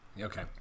Okay